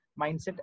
mindset